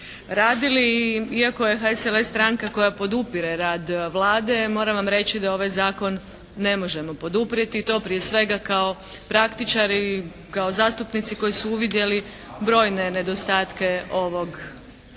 radili. Iako je HSLS stranka koja podupire rad Vlade, moram vam reći da ovaj zakon ne možemo poduprijeti. To prije svega kao praktičari, kao zastupnici koji su uvidjeli brojne nedostatke ovog zakona.